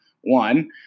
One